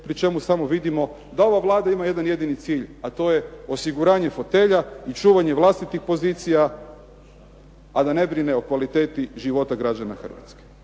pri čemu samo vidimo da ova Vlada ima jedan jedini cilj, a to je osiguranje fotelja i čuvanje vlastitih pozicija, a da ne brine o kvaliteti života građana Hrvatske.